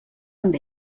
amb